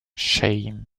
shame